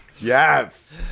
Yes